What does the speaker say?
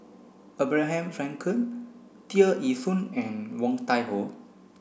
Abraham Frankel Tear Ee Soon and Woon Tai Ho